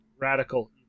Radical